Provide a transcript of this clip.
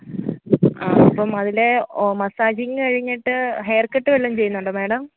ആ അപ്പം അതിലെ ഓ മസ്സാജിംഗ് കഴിഞ്ഞിട്ട് ഹെയര് കട്ട് വെല്ലോം ചെയ്യുന്നുണ്ടോ മേഡം